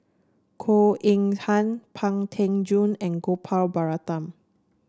Goh Eng Han Pang Teck Joon and Gopal Baratham